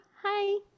Hi